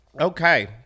Okay